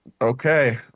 Okay